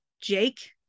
jake